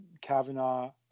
Kavanaugh